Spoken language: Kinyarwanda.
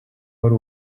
wari